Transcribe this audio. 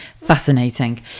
fascinating